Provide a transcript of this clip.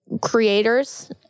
creators